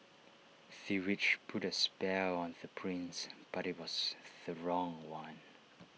the witch put A spell on the prince but IT was the wrong one